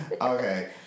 Okay